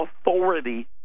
authority